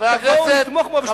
ואז נתמוך בו בשתי ידיים.